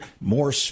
more